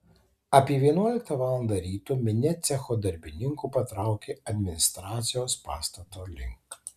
apie vienuoliktą valandą ryto minia cecho darbininkų patraukė administracijos pastato link